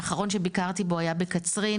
האחרון שביקרתי בו היה בקצרין,